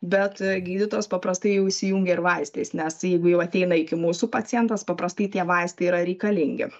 bet gydytojas paprastai jau įsijungia ir vaistais nes jeigu jau ateina iki mūsų pacientas paprastai tie vaistai yra reikalingi